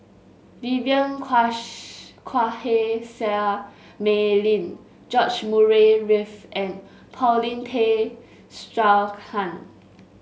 Vivien Quahe Seah Mei Lin George Murray Reith and Paulin Tay Straughan